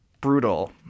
brutal